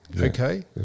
Okay